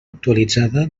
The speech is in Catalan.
actualitzada